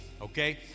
okay